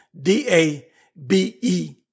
D-A-B-E